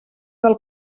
del